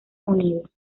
unidos